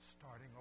starting